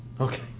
Okay